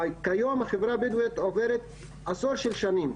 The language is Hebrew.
כיום החברה הבדואית עוברת עשור של שנים,